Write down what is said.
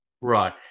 Right